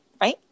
Right